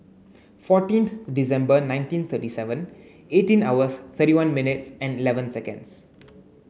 fourteenth December nineteen thirty seven eighteen hours thirty one minutes and eleven seconds